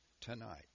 tonight